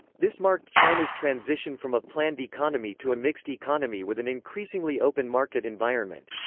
this marked china's transition from a planned economy to a mixed economy with an increasingly open-market environment.